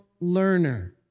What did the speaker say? learner